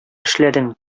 эшләдем